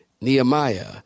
Nehemiah